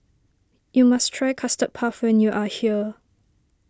you must try Custard Puff when you are here